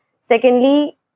Secondly